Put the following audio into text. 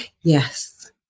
Yes